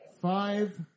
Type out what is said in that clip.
Five